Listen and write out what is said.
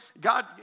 God